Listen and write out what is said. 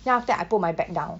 then after that I put my bag down